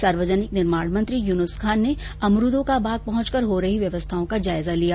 सार्वजनिक निर्माण मंत्री यूनुस खान ने अमरूदों का बाग पहुंचकर हो रही व्यवस्थाओं का जायजा लिया